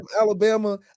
Alabama